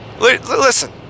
Listen